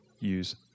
use